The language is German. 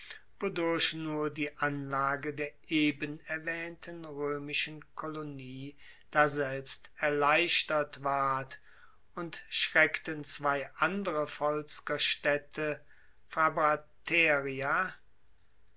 nur die anlage der eben erwaehnten roemischen kolonie daselbst erleichtert ward und schreckten zwei andere